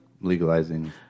legalizing